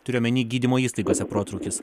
turiu omeny gydymo įstaigose protrūkis